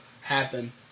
happen